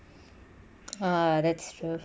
ah that's true